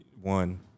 One